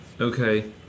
Okay